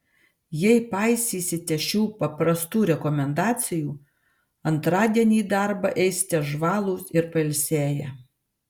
jei paisysite šių paprastų rekomendacijų antradienį į darbą eisite žvalūs ir pailsėję